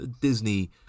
Disney